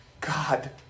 God